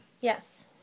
Yes